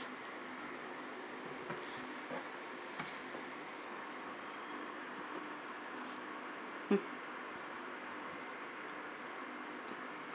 mm